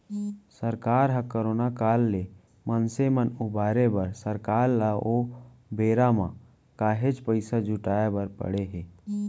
सरकार ह करोना काल ले मनसे मन उबारे बर सरकार ल ओ बेरा म काहेच पइसा जुटाय बर पड़े हे